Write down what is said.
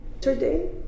Today